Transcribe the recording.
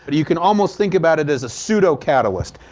but you can almost think about it as a pseudo-catalyst.